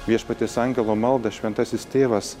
viešpaties angelo maldą šventasis tėvas